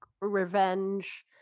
revenge